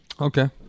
Okay